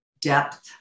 depth